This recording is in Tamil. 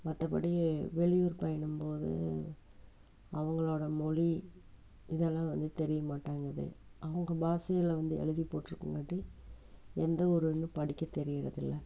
மற்றபடி வெளியூர் பயணம் போது அவங்களோட மொழி இதெல்லாம் வந்து தெரியமாட்டேங்குது அவங்க பாஷையில் வந்து எழுதி போட்ருக்கங்காட்டி எந்த ஊருன்னு படிக்க தெரியறதில்ல